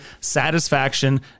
satisfaction